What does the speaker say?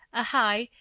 a high,